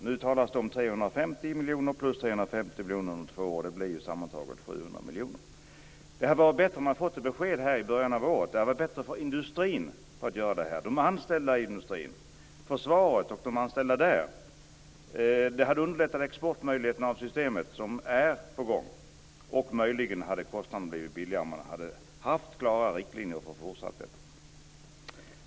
Nu talas det om 350 miljoner plus 350 miljoner om två år. Det blir sammantaget 700 miljoner. Det hade varit bättre om man hade fått ett besked i början av året. Det hade varit bättre för industrin och för de anställda där och för försvaret och de anställda där. Det hade underlättat export av systemet - något som är på gång. Möjligen hade kostnaderna blivit lägre om man hade haft klara riktlinjer inför fortsättningen.